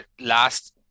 last